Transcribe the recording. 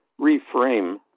reframe